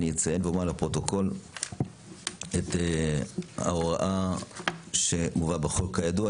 אני אציין ואומר לפרוטוקול את ההוראה שמובאת בחוק: כידוע,